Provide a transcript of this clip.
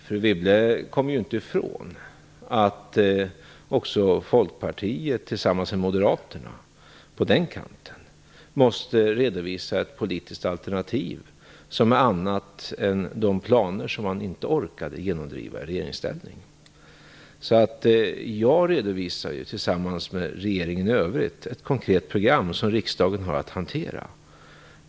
Fru Wibble kommer inte ifrån att också Folkpartiet och Moderaterna på sin kant måste redovisa ett politiskt alternativ som är annorlunda än de planer som man inte orkade genomdriva i regeringsställning. Jag redovisar tillsammans med regeringen i övrigt ett konkret program som riksdagen har att hantera.